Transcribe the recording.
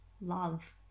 Love